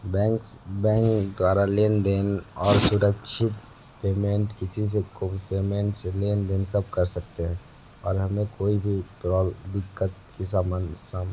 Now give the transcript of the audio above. banks bank द्वारा लेन देन और सुरक्षित पेमेंट किसी को पेमेंट से लेन देन सब कर सकते हैं और हमें कोई भी दिक्कत का साम